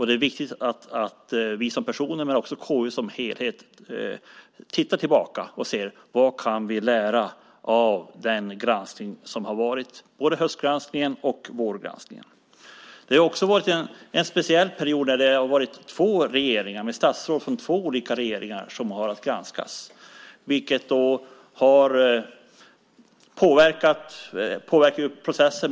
Det är viktigt att vi som personer och KU som helhet tittar tillbaka och ser vad vi kan lära av de granskningar som har varit - både höstgranskningen och vårgranskningen. Det har också varit en speciell period med statsråd från två olika regeringar att granska. Det har påverkat processen.